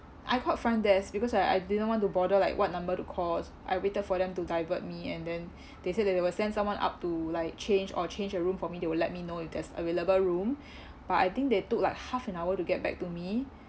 I called front desk because I I didn't want to bother like what number to call I waited for them to divert me and then they said that they will send someone up to like change or change a room for me they will let me know if there's available room but I think they took like half an hour to get back to me